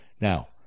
Now